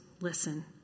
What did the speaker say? listen